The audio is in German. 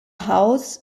house